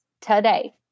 today